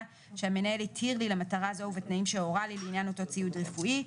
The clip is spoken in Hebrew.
שהמנהל התיר לי למטרה זו ובתנאים שהורה לי לעניין אותו ציוד רפואי,